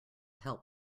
help